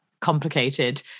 complicated